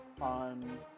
on